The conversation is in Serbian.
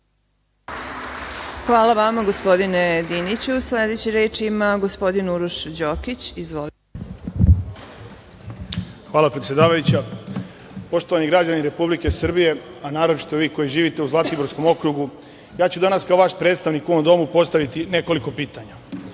Hvala vama gospodine Diniću. Sledeći reč ima gospodin Uroš Đokić. **Uroš Đokić** Hvala predsedavajuća, poštovani građani Republike Srbije, a naročito vi koji živite u Zlatiborskom okrugu, ja ću danas kao vaš predstavnik u ovom domu postaviti nekoliko pitanja. Prvo,